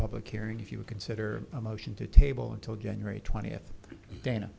public hearing if you consider a motion to table until january twentieth dana